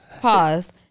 Pause